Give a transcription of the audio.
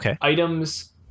items